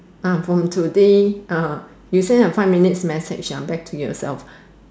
from today you send a five minute message back to yourself